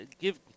give